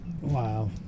Wow